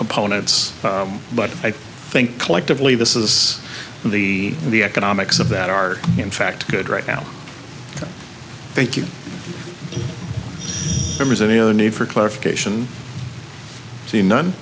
components but i think collectively this is the the economics of that are in fact good right now thank you need for clarification see none